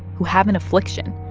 who have an affliction.